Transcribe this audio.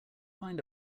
find